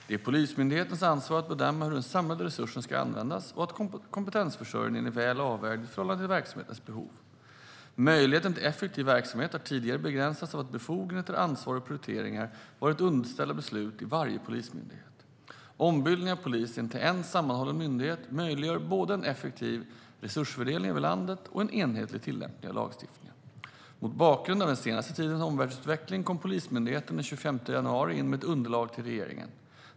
Det är Polismyndighetens ansvar att bedöma hur den samlade resursen ska användas och att kompetensförsörjningen är väl avvägd i förhållande till verksamhetens behov. Möjligheten till effektiv verksamhet har tidigare begränsats av att befogenheter, ansvar och prioriteringar varit underställda beslut i varje polismyndighet. Ombildningen av polisen till en sammanhållen myndighet möjliggör både en effektiv resursfördelning över landet och en enhetlig tillämpning av lagstiftningen. Mot bakgrund av den senaste tidens omvärldsutveckling kom Polismyndigheten den 25 januari in med ett underlag till regeringen.